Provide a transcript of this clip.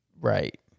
Right